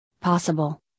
possible